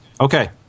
Okay